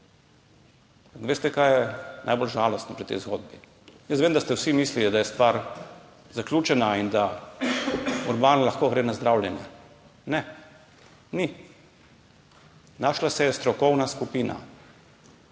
veste, kaj je najbolj žalostno pri tej zgodbi? Jaz vem, da ste vsi mislili, da je stvar zaključena in da lahko gre Urban na zdravljenje. Ne, ni. Našla se je strokovna skupina,